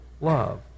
love